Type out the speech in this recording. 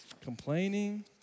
complaining